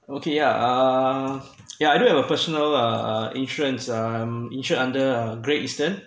okay yeah uh I do have a personal uh insurance uh insured under great eastern